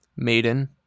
Maiden